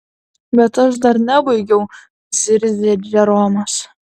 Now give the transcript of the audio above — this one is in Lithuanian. bet aš dar nebaigiau zirzė džeromas